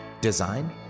design